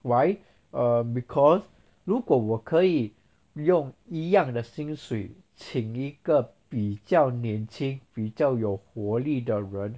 why err because 如果我可以用一样的薪水请一个比较年轻比较有活力的人